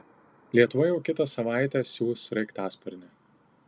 lietuva jau kitą savaitę siųs sraigtasparnį